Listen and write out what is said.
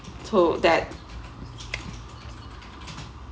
to that